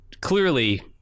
clearly